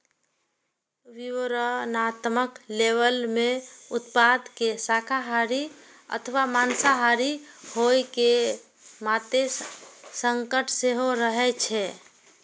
विवरणात्मक लेबल मे उत्पाद के शाकाहारी अथवा मांसाहारी होइ के मादे संकेत सेहो रहै छै